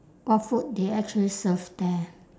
what food they actually serve there